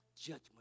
judgment